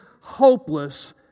hopeless